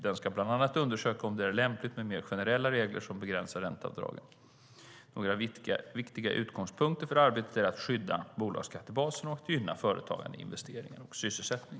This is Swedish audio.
Den ska bland annat undersöka om det är lämpligt med mer generella regler som begränsar ränteavdragen. Några viktiga utgångspunkter för arbetet är att skydda bolagsskattebasen och att gynna företagande, investeringar och sysselsättning.